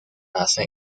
basa